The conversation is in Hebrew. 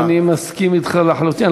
אני מסכים אתך לחלוטין.